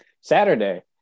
Saturday